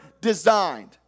designed